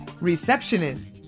Receptionist